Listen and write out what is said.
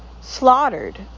slaughtered